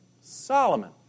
Solomon